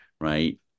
right